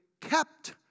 kept